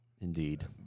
Indeed